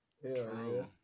True